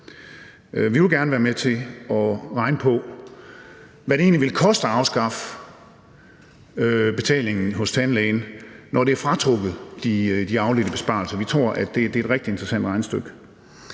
Vi vil gerne være med til at regne på, hvad det egentlig vil koste at afskaffe betalingen hos tandlægen, når det er fratrukket de afledte besparelser. Vi tror, at det er et rigtig interessant regnestykke.